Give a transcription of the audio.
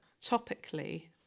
topically